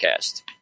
podcast